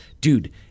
Dude